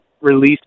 release